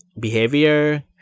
behavior